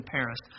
Paris